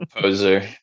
Poser